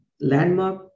landmark